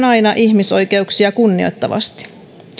aina ihmisoikeuksia kunnioittavasti